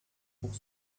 pour